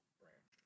branch